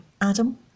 Adam